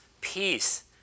peace